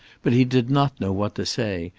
but he did not know what to say,